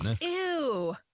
Ew